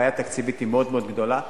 הבעיה התקציבית היא מאוד מאוד גדולה.